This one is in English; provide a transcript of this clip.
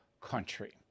country